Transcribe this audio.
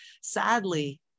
sadly